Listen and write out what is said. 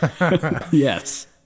yes